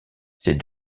ses